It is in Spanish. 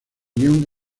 guion